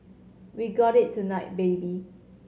we got it tonight baby